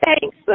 thanks